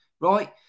right